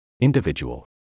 individual